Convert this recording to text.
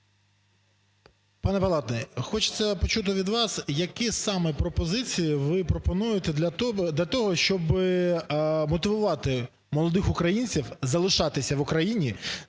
Пане Палатний, хочеться почути від вас, які саме пропозиції ви пропонуєте для того, щоб мотивувати молодих українців залишатися в Україні,